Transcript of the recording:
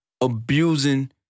abusing